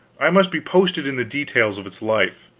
i must be posted in the details of its life,